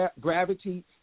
gravity